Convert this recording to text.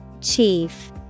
Chief